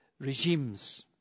regimes